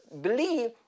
believe